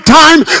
time